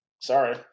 Sorry